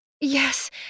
Yes